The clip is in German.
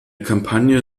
kampagne